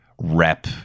rep